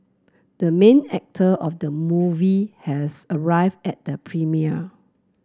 the main actor of the movie has arrived at the premiere